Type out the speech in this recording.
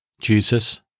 Jesus